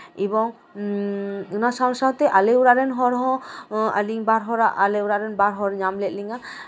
ᱮᱵᱚᱝ ᱚᱱᱟ ᱥᱟᱶ ᱥᱟᱶᱛᱮ ᱟᱞᱮ ᱚᱲᱟᱜ ᱨᱮᱱ ᱦᱚᱲ ᱦᱚᱸ ᱟᱹᱞᱤᱧ ᱵᱟᱨᱦᱚᱲᱟᱜ ᱟᱞᱮ ᱚᱲᱟᱜ ᱨᱮᱱ ᱵᱟᱨᱦᱚᱲ ᱟᱧᱢ ᱞᱮᱫ ᱞᱤᱧᱟᱹ